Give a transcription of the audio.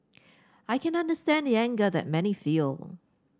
I can understand the anger that many feel